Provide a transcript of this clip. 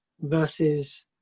versus